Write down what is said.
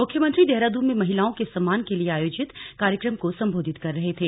मुख्यमंत्री देहरादून में महिलाओं के सम्मान के लिए आयोजित कार्यक्रम को सम्बोधित कर रहे थे